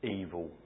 evil